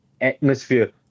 Atmosphere